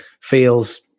feels